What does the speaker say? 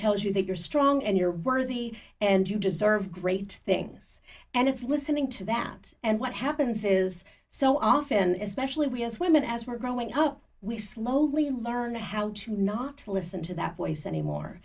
tells you that you're strong and you're worthy and you deserve great things and it's listening to that and what happens is so often as specially we as women as we're growing up we slowly learn how to not listen to that voice anymore